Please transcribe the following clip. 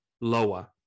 lower